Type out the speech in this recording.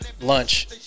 lunch